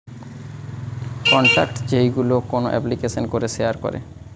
contact যেইগুলো কোন এপ্লিকেশানে করে শেয়ার করে